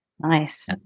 Nice